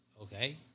okay